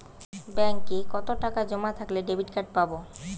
ব্যাঙ্কে কতটাকা জমা থাকলে ডেবিটকার্ড পাব?